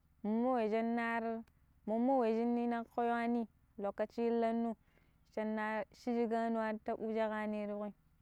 mommo we shinaru mommo we shinne naƙƙo yuwani lokaci illanno shina shi shiƙana ar taɓu sheƙanim.